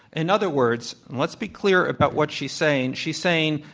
in other words, and let's be clear about what she's saying, she's saying,